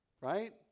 right